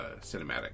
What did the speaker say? cinematic